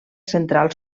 central